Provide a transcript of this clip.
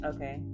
Okay